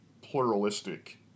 pluralistic